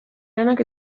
lanak